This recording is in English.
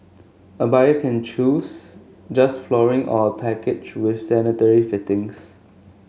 a buyer can choose just flooring or a package with sanitary fittings